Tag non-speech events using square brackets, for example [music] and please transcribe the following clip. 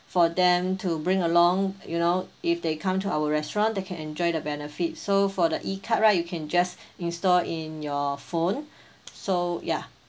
for them to bring along you know if they come to our restaurant they can enjoy the benefit so for the e card right you can just install in your phone [breath] so ya